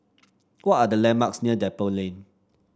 what are the landmarks near Depot Lane